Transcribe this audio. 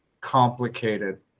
complicated